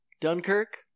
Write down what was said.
Dunkirk